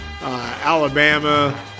Alabama –